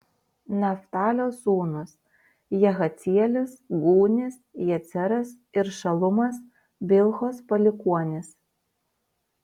naftalio sūnūs jahacielis gūnis jeceras ir šalumas bilhos palikuonys